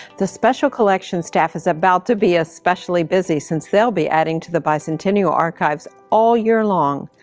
the special collections staff is about to be especially busy, since they'll be adding to the bicentennial archives all year long.